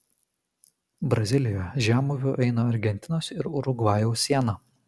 brazilijoje žemupiu eina argentinos ir urugvajaus siena